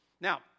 Now